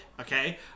Okay